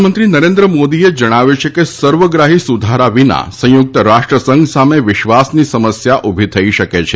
પ્રધાનમંત્રી નરેન્દ્ર મોદીએ જણાવ્યું છે કે સર્વગ્રાહી સુધારા વિના સંયુક્ત રાષ્ટ્ર સંઘ સામે વિશ્વાસની સમસ્યા ઊભી થઈ શકે છે